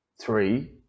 three